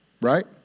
Right